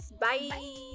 Bye